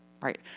right